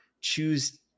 choose